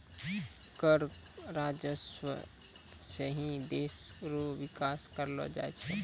कर राजस्व सं ही देस रो बिकास करलो जाय छै